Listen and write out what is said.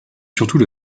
surtout